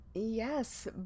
Yes